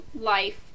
life